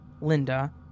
Linda